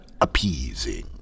appeasing